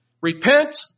Repent